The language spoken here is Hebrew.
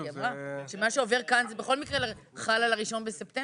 היא אמרה שמה שעובר כאן זה בכל מקרה חל על ה-1 בספטמבר.